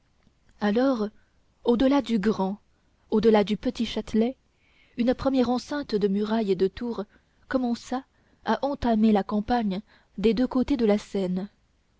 alors au delà du grand au delà du petit châtelet une première enceinte de murailles et de tours commença à entamer la campagne des deux côtés de la seine